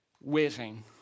waiting